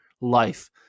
life